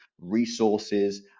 resources